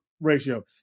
ratio